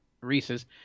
Reese's